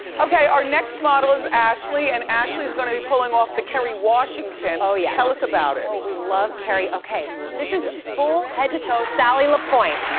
okay, our next model is ashley, and ashley is gonna be pulling off the kerry washington. oh, yes. tell us about it. oh, we love kerry. okay, this is full, head to toe sally lapointe.